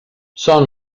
són